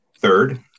Third